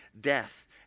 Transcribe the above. death